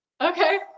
Okay